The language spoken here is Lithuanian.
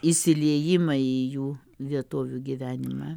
įsiliejimą į jų vietovių gyvenimą